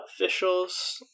officials